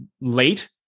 late